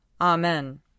Amen